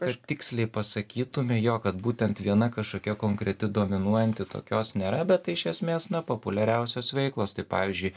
kad tiksliai pasakytume jo kad būtent viena kažkokia konkreti dominuojanti tokios nėra bet tai iš esmės na populiariausios veiklos tai pavyzdžiui